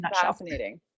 fascinating